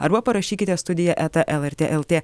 arba parašykite studija eta lrt lt